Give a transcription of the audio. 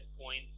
points